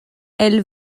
elles